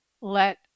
let